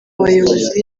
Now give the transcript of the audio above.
bayobozi